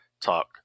talk